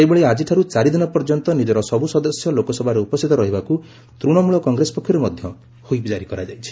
ସେହିଭଳି ଆଜିଠାରୁ ଚାରିଦିନ ପର୍ଯ୍ୟନ୍ତ ନିଜର ସବୁ ସଦସ୍ୟ ଲୋକସଭାରେ ଉପସ୍ଥିତ ରହିବାକୁ ତୃଣମୂଳ କଂଗ୍ରେସ ପକ୍ଷରୁ ମଧ୍ୟ ହୁଇପ୍ ଜାରି କରାଯାଇଛି